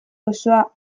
osoa